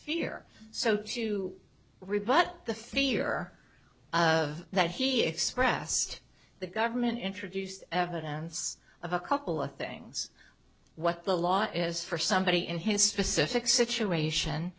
fear so to rebut the fear of that he expressed the government introduced evidence of a couple of things what the law is for somebody and his specific situation